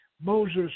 Moses